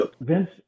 Vince